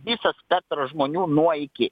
visas spektras žmonių nuo iki